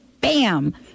bam